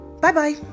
Bye-bye